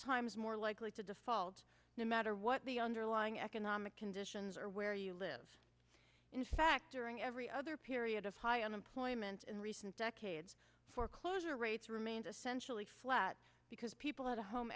times more likely to default no matter what the underlying economic conditions are where you live in fact during every other period of high unemployment in recent decades for closer rates remains essentially flat because people had a home